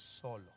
solo